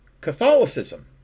catholicism